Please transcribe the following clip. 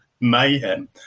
mayhem